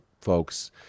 folks